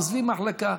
עוזבים מחלקה,